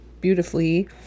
beautifully